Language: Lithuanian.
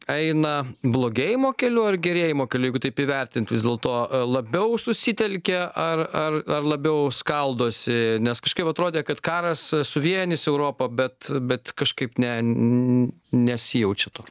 eina blogėjimo keliu ar gerėjimo keliu jeigu taip įvertint vis dėlto labiau susitelkia ar ar ar labiau skaldosi nes kažkaip atrodė kad karas suvienys europą bet bet kažkaip ne n nesijaučia to